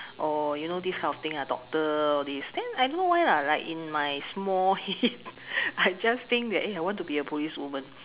or you know this kind of thing lah doctor all this then I don't know why lah like in my small head I just think that eh I want to be a policewoman